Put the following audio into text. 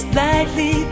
lightly